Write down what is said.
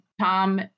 Tom